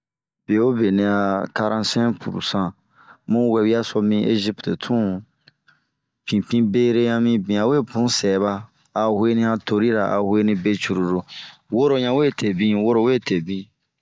Bewpbe nɛ'akaransɛnk pursan bun wewia so min alzeri tun. Pinpin beria ɲa mibin nɛwe pun sɛba a hueni han torira a huenibe cururu, woro ɲan we tee bin ,woro we tee bin.